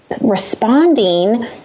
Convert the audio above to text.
responding